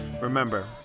remember